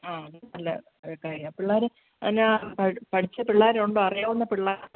ആ അത് നല്ല അഭിപ്രായം ആണ് പിള്ളേർ എന്നാ പടി പഠിച്ച പിള്ളേർ ഉണ്ടോ അറിയാവുന്ന പിള്ളേർ